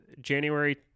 January